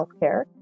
healthcare